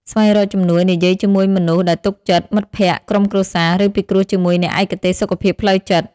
ស្វែងរកជំនួយ និយាយជាមួយមនុស្សដែលទុកចិត្ត (មិត្តភក្តិ ក្រុមគ្រួសារ) ឬពិគ្រោះជាមួយអ្នកឯកទេសសុខភាពផ្លូវចិត្ត។